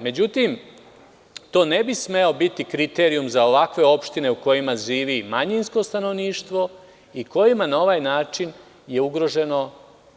Međutim, to ne bi smeo biti kriterijum za ovakve opštine u kojima živi manjinsko stanovništvo i u kojima je na ovaj način ugroženo